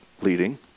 leading